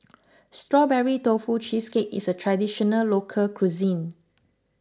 Strawberry Tofu Cheesecake is a Traditional Local Cuisine